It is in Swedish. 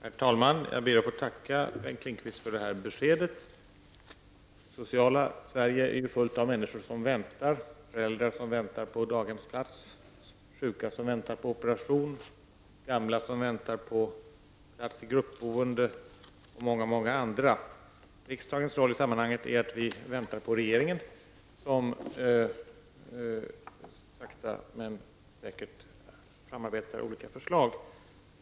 Herr talman! Jag ber att få tacka Bengt Lindqvist för detta besked. Det sociala Sverige är ju fullt av människor som väntar: föräldrar som väntar på daghemsplats, sjuka som väntar på operation, gamla som väntar på plats i gruppboende och många många andra. Riksdagens roll i sammanhanget är att vi väntar på regeringen, som sakta men säkert framarbetar olika förslag.